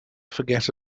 forget